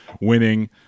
winning